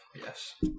Yes